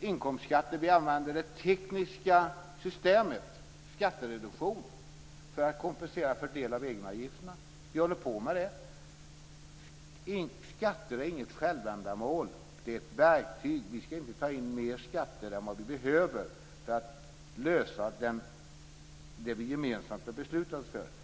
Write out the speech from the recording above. inkomstskatten. Vi använder det tekniska systemet skattereduktion för att kompensera för del av egenavgifterna. Vi håller på med det. Skatter är inget självändamål. Det är ett verktyg. Vi ska inte ta in mer skatter än vi behöver för att lösa det vi gemensamt har beslutat oss för.